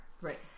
Right